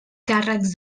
càrrecs